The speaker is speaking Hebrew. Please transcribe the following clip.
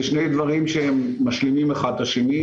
זה שני דברים שהם משלימים אחד את השני.